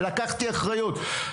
לקחתי אחריות.